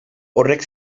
horrek